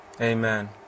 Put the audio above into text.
Amen